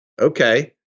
Okay